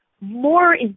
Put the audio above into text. more